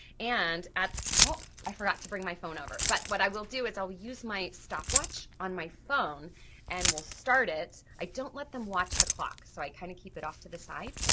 and at, oh i forgot to bring my phone over, but what i will do is i'll use my stopwatch on my phone and we'll start it. i don't let them watch the clock so i kinda keep it off to the side.